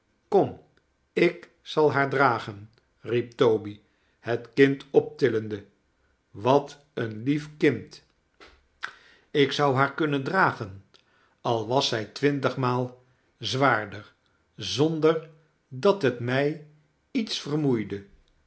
kom ik zal haar dragen riep toby het kind optillende wat een lief kind ik zou haar knnnen dragen al was zij twintig maal zwaarder zonder dat het mij iets vermoeide